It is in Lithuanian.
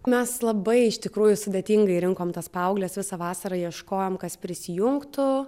mes labai iš tikrųjų sudėtingai rinkom tas paaugles visą vasarą ieškojom kas prisijungtų